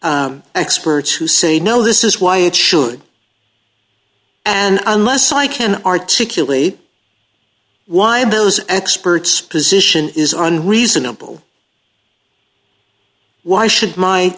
s experts who say no this is why it should and unless i can articulate why those experts position is on reasonable why should my